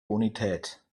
bonität